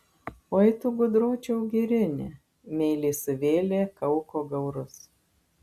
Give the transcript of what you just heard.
oi tu gudročiau girini meiliai suvėlė kauko gaurus